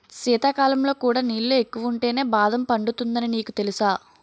శీతాకాలంలో కూడా నీళ్ళు ఎక్కువుంటేనే బాదం పండుతుందని నీకు తెలుసా?